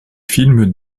film